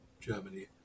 Germany